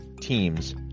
teams